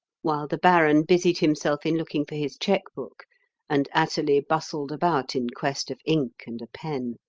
while the baron busied himself in looking for his cheque-book and athalie bustled about in quest of ink and a pen.